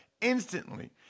instantly